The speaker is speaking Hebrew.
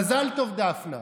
מזל טוב, דפנה.